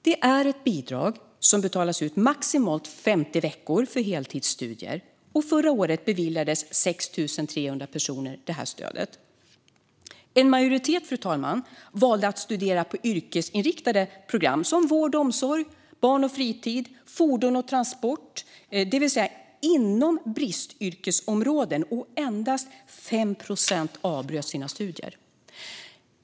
Det är ett bidrag som betalas ut i maximalt 50 veckor för heltidsstudier. Förra året beviljades 6 300 personer det här stödet. En majoritet valde att studera yrkesinriktade program som vård och omsorg, barn och fritid och fordon och transport, det vill säga inom bristyrkesområden - och endast 5 procent avbröt sina studier.